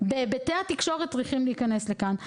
בהיבטי התקשורת צריכים להיכנס לכאן.